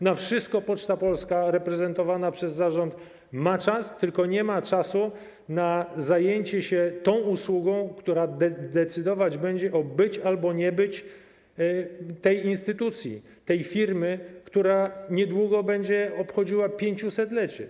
Na wszystko Poczta Polska, reprezentowana przez zarząd, ma czas, tylko nie ma czasu na zajęcie się usługą, która decydować będzie o być albo nie być tej instytucji, tej firmy, która niedługo będzie obchodziła 500-lecie.